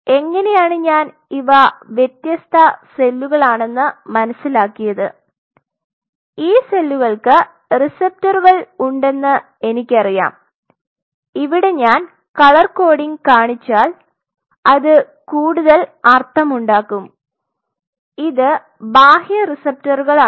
എങ്ങനെയാണ് ഞാൻ ഇവ വ്യത്യസ്ത സെല്ലുകളാണെന്ന് മനസിലാക്കിയത് ഈ സെല്ലുകൾക്ക് റിസപ്റ്ററുകൾ ഉണ്ടെന്ന് എനിക്കറിയാം ഇവിടെ ഞാൻ കളർ കോഡിംഗ് കാണിച്ചാൽ അത് കൂടുതൽ അർത്ഥമുണ്ടാക്കും ഇത് ബാഹ്യ റിസപ്റ്ററുകളാണ്